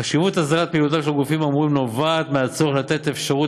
חשיבות הסדרת פעילותם של הגופים האמורים נובעת מהצורך לתת אפשרות